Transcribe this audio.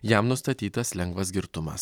jam nustatytas lengvas girtumas